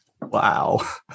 Wow